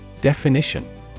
Definition